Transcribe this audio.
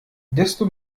desto